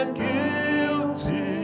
guilty